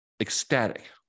ecstatic